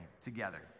together